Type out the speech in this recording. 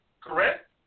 Correct